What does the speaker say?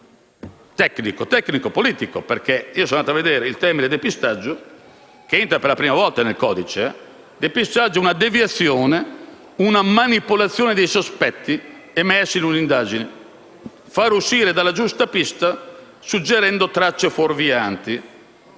penale. Il depistaggio è una deviazione, una manipolazione dei sospetti emersi in un'indagine: far uscire dalla giusta pista suggerendo tracce fuorvianti;